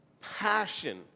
passion